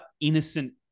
innocent